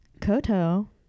Koto